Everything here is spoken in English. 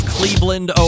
Cleveland